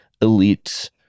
elite